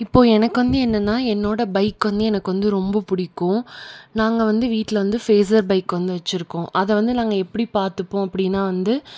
இப்போது எனக்கு வந்து என்னென்னால் என்னோடய பைக் வந்து எனக்கு வந்து ரொம்ப பிடிக்கும் நாங்கள் வந்து வீட்டில் வந்து ஃபேஸர் பைக் வந்து வச்சிருக்கோம் அதை வந்து நாங்கள் எப்படி பார்த்துப்போம் அப்படின்னா வந்து